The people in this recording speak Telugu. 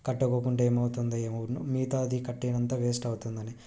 కట్టుకోకుంటే ఏమవుతుందో ఏమో ఉర్నే మిగతాది కట్టినంత వేస్ట్ అవుతుందని